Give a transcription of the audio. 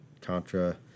Contra